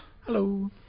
Hello